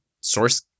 source